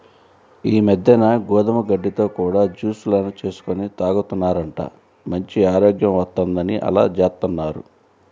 ఈ మద్దెన గోధుమ గడ్డితో కూడా జూస్ లను చేసుకొని తాగుతున్నారంట, మంచి ఆరోగ్యం వత్తందని అలా జేత్తన్నారు